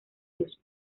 cruz